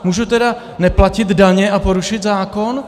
Můžu teda neplatit daně a porušit zákon?